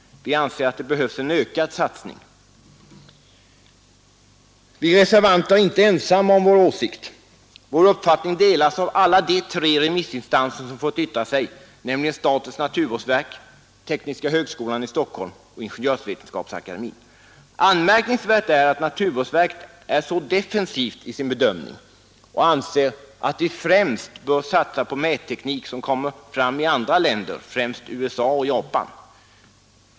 Vi anser att det behövs en ökad satsning. Vi reservanter är inte ensamma om vår åsikt. Den delas av alla de tre nstanser som fått yttra sig, nämligen statens naturvårdsverk, tekniska högskolan i Stockholm och Ingenjörsvetenskapsakademien. Anmärkningsvärt är att naturvårdsverket är så defensivt i sin bedömning och anser att vi främst bör satsa på mätteknik som kommer fram i andra länder, främst USA och Japan.